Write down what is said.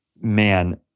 man